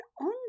on